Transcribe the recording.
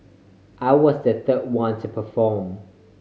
I was the third one to perform